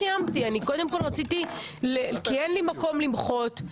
קודם רציתי לומר את הדברים כי אין לי מקום למחות.